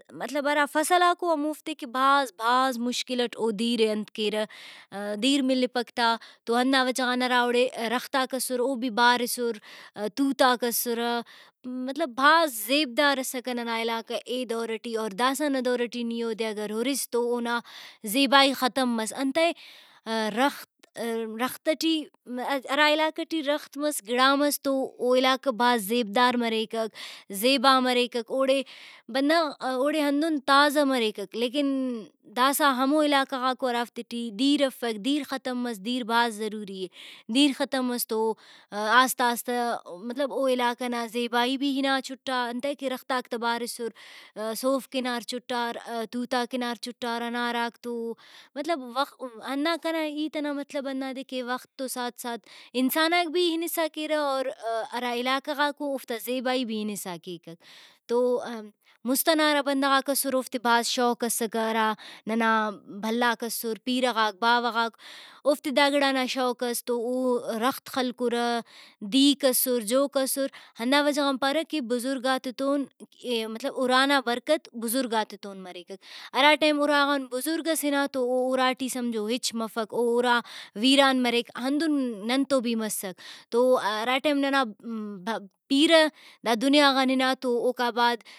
مطلب ہرا فصلاکو ہموفتے کہ بھاز بھاز مشکل اٹ او دِیر ئے انت کیرہ (voice)دِیر ملپک تا تو ہندا وجہ غان ہرا اوڑے درختاک اسر او بھی بارِسُر تُوتاک اسرہ مطلب بھاز زیبدار اسکہ ننا علاقہ اے دور ٹی اور داسہ نا دور ٹی نی اودے اگر ہُرس تو اونا زیبائی ختم مس انتئے درخت درخت ہرا علاقہ ٹی درخت مس گڑا مس تو او علاقہ بھاز زیبدار مریکک زیبا مریکک اوڑے بندغ اوڑے ہندن تازہ مریکک لیکن داسہ ہمو علاقہ غاکو ہرافتے ٹی دِیر افک دِیر ختم مس دِیر بھاز ضروری اے ۔دیر ختم مس تو آہستہ آہستہ مطلب او علاقہ نا زیبائی بھی ہنا چُٹا انتئے کہ درختاک تہ بارِسُر صوفک ہنار چُٹار توتاک ہنار چُٹاراَناراک تو مطلب (voice) ہندا کنا ہیت ئنا مطلب ہندادے کہ وخت تو ساتھ ساتھ انساناک بھی ہنسا کیرہ اور ہرا علاقہ غاکو اوفتا زیبائی بھی ہنسا کیکک تو(voice)مُست ئنا ہرا بندغاک اسراوفتے بھاز شوق اسکہ ہرا ننا بھلاک اسر پیرہ غاک باوہ غاک اوفتے دا گڑانا شوق اس تو اودرخت خلکرہ دیرک اسر جوک اسر ہندا وجہ غان پارہ کہ بزرگاتتون (voice) مطلب اُرا نا برکت بزرگاتتون مریک ہرا ٹائم اُراغان بزرگ ئس ہنا تو او اُرا ٹی سمجھو ہچ مفک او اُرا ویران مریک ہندن نن تو بھی مسک تو ہرا ٹائم (voice)پیرہ دا دنیا غان ہنا تو اوکابعد